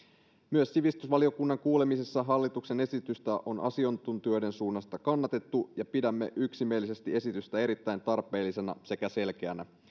myös sivistysvaliokunnan kuulemisissa hallituksen esitystä on asiantuntijoiden suunnasta kannatettu ja pidämme yksimielisesti esitystä erittäin tarpeellisena sekä selkeänä